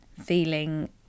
feeling